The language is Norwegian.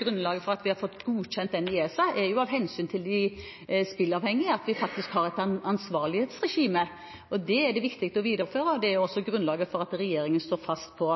grunnlaget for at vi har fått godkjent enerettsmodellen i ESA, er hensynet til de spilleavhengige – at vi faktisk har et ansvarlighetsregime. Det er det viktig å videreføre, og det er også grunnlaget for at regjeringen står fast på